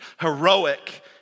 Heroic